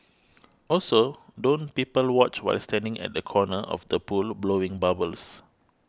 also don't people watch while standing at the corner of the pool blowing bubbles